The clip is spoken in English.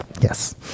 Yes